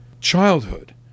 childhood